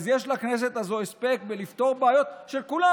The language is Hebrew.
אז יש לכנסת הזאת הספק בפתירת בעיות של כולם.